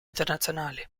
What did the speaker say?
internazionali